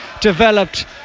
developed